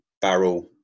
barrel